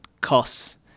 costs